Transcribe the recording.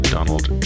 Donald